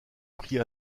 prit